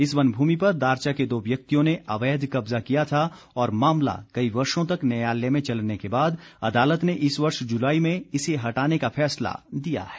इस वन भूमि पर दारचा के दो व्यक्तियों ने अवैध कब्जा किया था और मामला कई वर्षों तक न्यायालय में चलने के बाद अदालत ने इस वर्ष जुलाई में इसे हटाने का फैसला दिया है